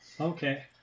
Okay